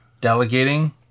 delegating